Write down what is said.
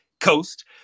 coast